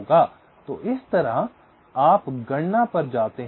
तो इस तरह आप गणना पर जाते हैं